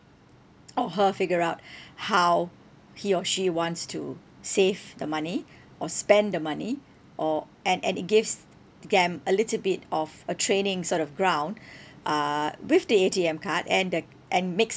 or her figure out how he or she wants to save the money or spend the money or and and it gives them a little bit of a training sort of ground uh with the A_T_M card and the and mix